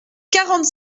quarante